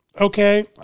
Okay